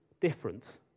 different